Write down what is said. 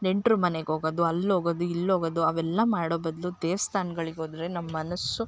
ನೆಂಟರು ಮನೆಗೆ ಹೋಗೋದು ಅಲ್ಲಿ ಹೋಗೋದು ಇಲ್ಲಿ ಹೋಗೋದು ಅವೆಲ್ಲಾ ಮಾಡೋ ಬದಲು ದೇವಸ್ಥಾನ್ಗಳಿಗ್ ಹೋದ್ರೆ ನಮ್ಮ ಮನಸ್ಸು